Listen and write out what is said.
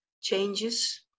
changes